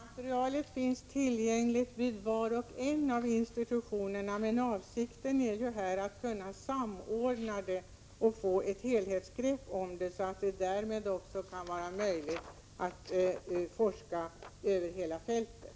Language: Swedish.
Fru talman! Materialet finns tillgängligt vid varje institution, men avsikten är nu att samordna det och få ett helhetsgrepp om det, så att det därmed blir möjligt att forska över hela fältet.